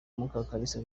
mukakalisa